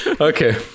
okay